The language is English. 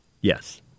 Yes